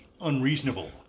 unreasonable